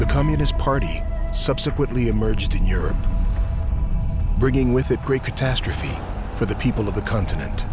the communist party subsequently emerged in europe bringing with it great catastrophe for the people of the continent